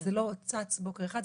זה לא צץ בוקר אחד,